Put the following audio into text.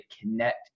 connect